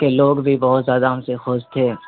کے لوگ بھی بہت زیادہ ہم سے خوش تھے